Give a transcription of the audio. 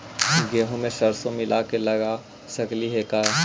गेहूं मे सरसों मिला के लगा सकली हे का?